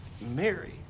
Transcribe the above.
Mary